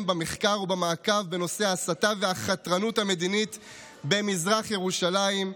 במחקר בנושא מעקב אחרי ההסתה והחתרנות המדינית במזרח ירושלים.